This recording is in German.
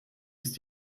ist